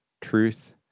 Truth